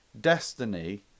Destiny